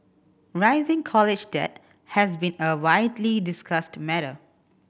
rising college debt has been a widely discussed matter